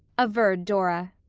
averred dora.